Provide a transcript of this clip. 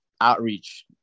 outreach